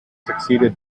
succeeded